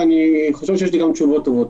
מי שחושב שיבטלו אותן,